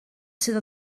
sydd